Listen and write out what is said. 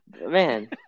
Man